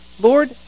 Lord